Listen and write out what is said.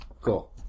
Cool